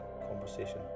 conversation